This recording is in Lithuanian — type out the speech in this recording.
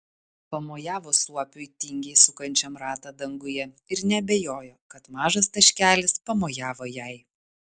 pamojavo suopiui tingiai sukančiam ratą danguje ir neabejojo kad mažas taškelis pamojavo jai